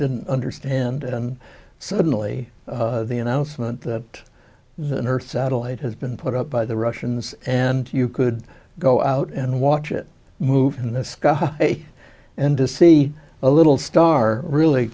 didn't understand and suddenly the announcement that the earth satellite has been put up by the russians and you could go out and watch it move in this way and to see a little star really